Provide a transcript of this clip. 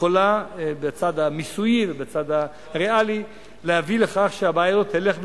יכולה בצד המיסוי ובצד הריאלי להביא לכך שהבעיה תלך ותרד.